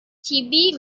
chibi